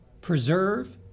preserve